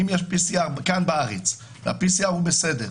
אם יש PCR כאן בארץ והוא בסדר,